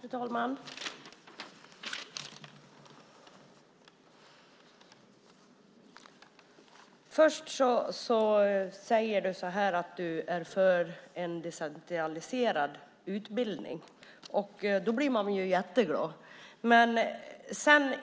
Fru talman! Först säger du, Anders Hansson, att du är för en decentraliserad utbildning, och då blir jag jätteglad. Men